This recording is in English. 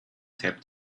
taped